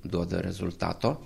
duoda rezultato